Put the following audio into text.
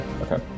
Okay